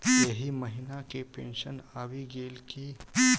एहि महीना केँ पेंशन आबि गेल की